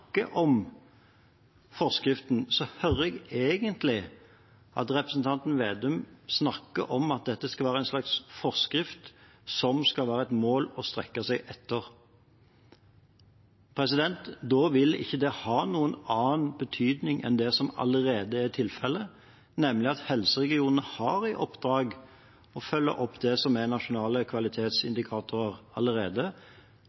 om forskriften, hører jeg egentlig representanten snakke om at forskriften skal være et slags mål å strekke seg etter. Da vil det ikke ha noen annen betydning enn det som allerede er tilfellet, nemlig at helseregionene allerede har som oppdrag å følge opp de nasjonale kvalitetsindikatorene – ved siden av at det vil undergrave betydningen av forskriften fordi det da ikke vil bli oppfattet som